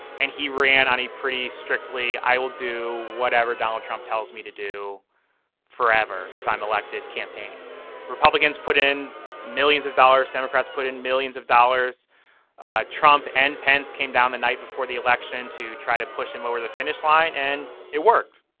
and he ran on a pretty strictly i will do whatever donald trump tells me to do forever if i'm elected. campaign republicans put in millions of dollars democrats put in millions of dollars ah trump and pence came down the night before the election to try to push him over the finish line. and it worked.